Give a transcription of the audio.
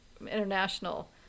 International